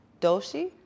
Doshi